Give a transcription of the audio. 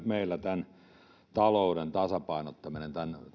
meillä talouden tasapainottamisessa tämän